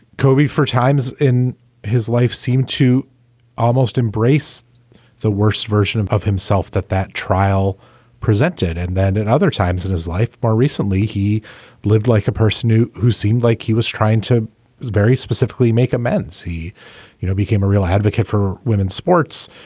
kobe four times in his life seemed to almost embrace the worst version of himself that that trial presented. and then at other times in his life, more recently, he lived like a person who who seemed like he was trying to very specifically make amends. he you know became a real advocate for women's sports,